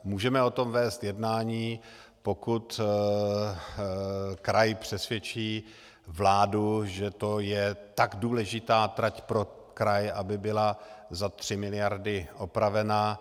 Můžeme o tom vést jednání, pokud kraj přesvědčí vládu, že to je tak důležitá trať pro kraj, aby byla za 3 mld. opravená.